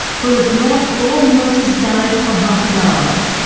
for a block, all motors died for half an hour.